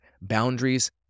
boundaries